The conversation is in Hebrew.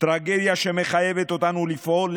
טרגדיה שמחייבת אותנו לפעול,